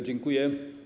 Dziękuję.